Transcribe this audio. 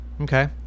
okay